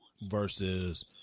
versus